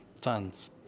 Tons